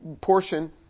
portion